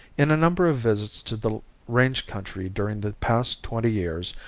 in a number of visits to the range country during the past twenty years,